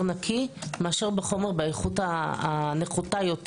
נקי מאשר בחומר באיכות הנחותה יותר.